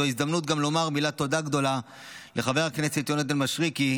זו ההזדמנות גם לומר מילת תודה גדולה לחבר הכנסת יונתן מישרקי,